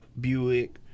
Buick